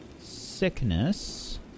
sickness